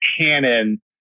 Canon